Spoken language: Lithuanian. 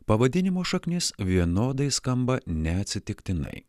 pavadinimo šaknis vienodai skamba neatsitiktinai